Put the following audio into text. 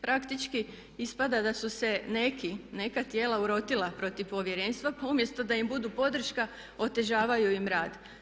Praktički ispada da su se neki, neka tijela urotila protiv povjerenstva pa umjesto da im budu podrška otežavaju im rad.